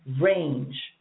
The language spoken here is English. range